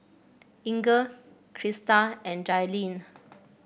Inger Krysta and Jailyn